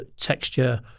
texture